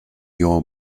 your